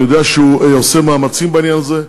אני יודע שהוא עושה מאמצים בעניין הזה,